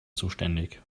zuständig